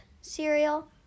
cereal